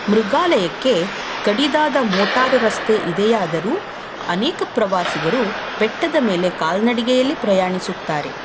ಮೃಗಾಲಯಕ್ಕೆ ಕಡಿದಾದ ಮೋಟಾರು ರಸ್ತೆ ಇದೆಯಾದರೂ ಅನೇಕ ಪ್ರವಾಸಿಗರು ಬೆಟ್ಟದ ಮೇಲೆ ಕಾಲ್ನಡಿಗೆಯಲ್ಲಿ ಪ್ರಯಾಣಿಸುತ್ತಾರೆ